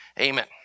Amen